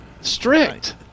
Strict